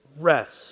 rest